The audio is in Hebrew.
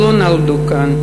לא נולדה כאן,